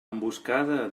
emboscada